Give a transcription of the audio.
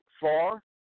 far